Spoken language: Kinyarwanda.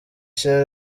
chez